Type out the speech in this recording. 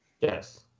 yes